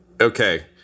okay